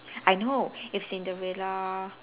I know if Cinderella